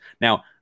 Now